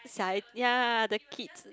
小孩 ya the kids